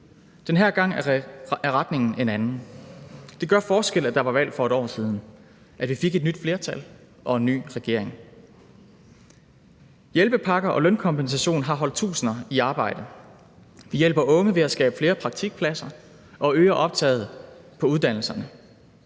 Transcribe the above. Den her gang er retningen en anden. Det gør en forskel, at der var valg for et år siden, at vi fik et nyt flertal og en ny regering. Hjælpepakker og lønkompensation har holdt tusinder i arbejde. Vi hjælper unge ved at skabe flere praktikpladser og øger optaget på uddannelserne.